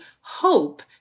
hope